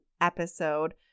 episode